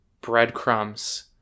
breadcrumbs